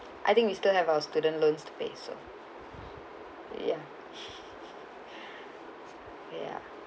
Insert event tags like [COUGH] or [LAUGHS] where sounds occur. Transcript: I think we still have our student loans to pay so ya [LAUGHS] [BREATH] ya